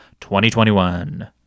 2021